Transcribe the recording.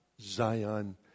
Zion